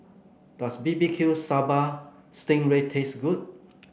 does B B Q Sambal Sting Ray taste good